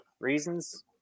reasons